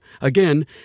Again